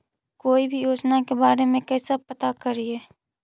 कोई भी योजना के बारे में कैसे पता करिए?